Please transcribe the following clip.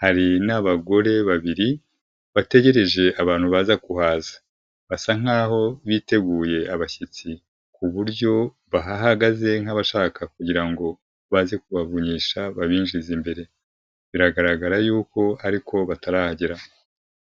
hari n'abagore babiri bategereje abantu baza kuhaza basa nkaho biteguye abashyitsi ku buryo bahahagaze nk'abashaka kugira ngo baze kubavunyisha babinjiza imbere biragaragara yuko ariko batarahagera.